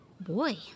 Boy